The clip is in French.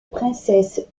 princesse